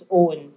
own